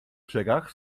brzegach